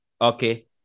okay